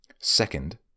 Second